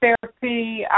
therapy